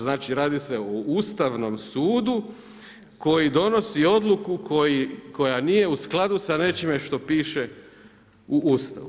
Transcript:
Znači radi se o Ustavnom sudu koji donosi odluku koja nije u skladu sa nečime što piše u Ustavu.